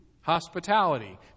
hospitality